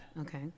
Okay